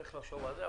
צריך לחשוב על זה,